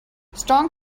strong